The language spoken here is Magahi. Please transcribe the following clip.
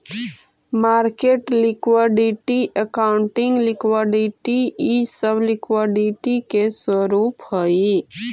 मार्केट लिक्विडिटी, अकाउंटिंग लिक्विडिटी इ सब लिक्विडिटी के स्वरूप हई